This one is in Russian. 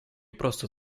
просто